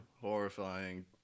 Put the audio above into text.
horrifying